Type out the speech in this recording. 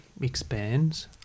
expands